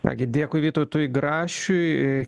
nagi dėkui vytautui grašiui